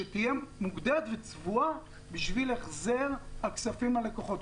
שתהיה מוגדרת וצבועה בשביל החזר הכספים ללקוחות.